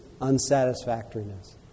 unsatisfactoriness